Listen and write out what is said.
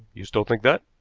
you still think that?